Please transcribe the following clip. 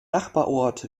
nachbarort